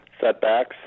setbacks